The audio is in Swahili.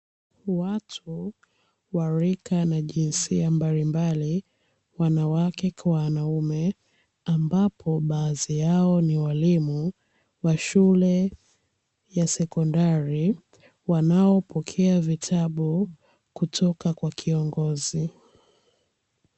Watu wa rika na jinsia mbalimbali, wanawake kwa wanaume ambapo baadhi yao ni walimu wa shule ya sekondari wanaopokea vitabu kutoka kwa kiongozi.